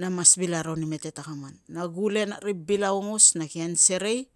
na mas vil aro ni mete takaman, na gule na ri bil aungos na kian serei,